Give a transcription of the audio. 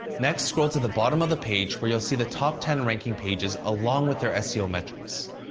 next, scroll to the bottom of the page where you'll see the top ten ranking pages along with their seo metrics.